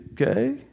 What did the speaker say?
Okay